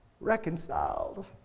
Reconciled